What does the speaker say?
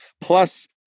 Plus